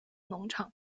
农场